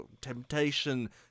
temptation